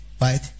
right